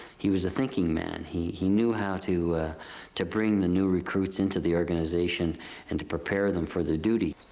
he was a thinking man, he he knew how to to bring the new recruits into the organization and to prepare them for their duty.